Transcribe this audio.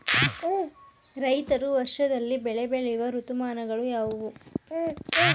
ರೈತರು ವರ್ಷದಲ್ಲಿ ಬೆಳೆ ಬೆಳೆಯುವ ಋತುಮಾನಗಳು ಯಾವುವು?